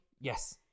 Yes